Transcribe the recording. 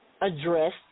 address